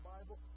Bible